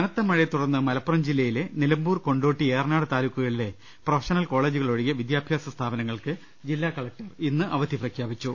കനത്തമഴയെ തുടർന്ന് മലപ്പുറം ജില്ലയിലെ നിലമ്പൂർ കൊണ്ടോ ട്ടി ഏറനാട് താലൂക്കുകളിലെ പ്രൊഫഷണൽ കോളജുകൾ ഒഴി കെ വിദ്യാഭ്യാസ സ്ഥാപനങ്ങൾക്കും ജില്ലാകലക്ടർ അവധി പ്രഖ്യാ പിച്ചു